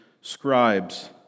scribes